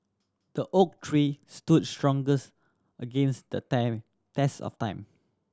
the oak tree stood strongest against the time test of time